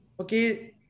okay